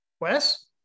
Wes